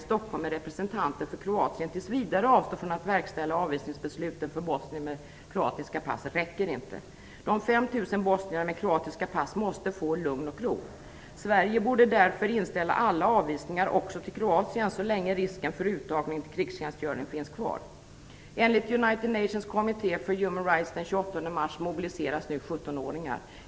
Stockholm med representanter för Kroatien tills vidare avstår från att verkställa avvisningsbesluten för bosnier med kroatiska pass räcker inte. De 5 000 bosnierna med kroatiska pass måste få lugn och ro. Sverige borde därför inställa alla avvisningar också till Kroatien så länge risken för uttagning till krigstjänstgöring finns kvar. Rights den 28 mars mobiliseras nu 17-åringar.